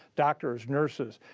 doctors, nurses,